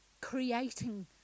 creating